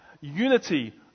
unity